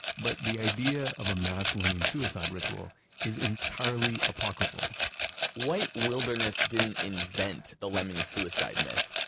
but the idea of a mass lemming suicide ritual is entirely apocryphal white wilderness didn't invent the lemming suicide myth,